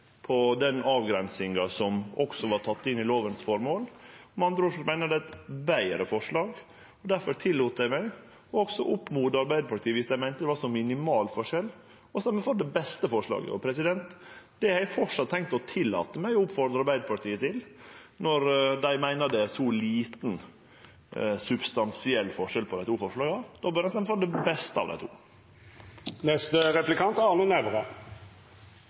den avgrensinga som er teke inn i formålet med lova. Eg meiner det er eit betre forslag, difor tillét eg meg å oppmode Arbeidarpartiet – viss dei meinte det var ein så minimal forskjell – å røyste for det beste forslaget, og det har eg framleis tenkt å tillate meg å oppfordre Arbeidarpartiet til. Når dei meiner det er så liten substansiell forskjell på dei to forslaga, bør dei røyste for det beste av dei to.